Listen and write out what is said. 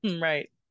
Right